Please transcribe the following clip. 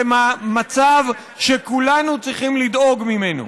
זה מצב שכולנו צריכים לדאוג ממנו.